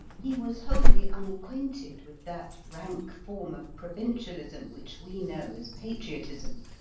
he was wholly unacquainted with that rank form of provincialism which we know as patriotism.